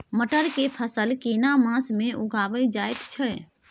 मटर के फसल केना मास में उगायल जायत छै?